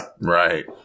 Right